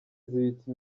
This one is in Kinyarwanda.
zibitse